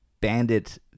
bandit